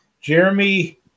Jeremy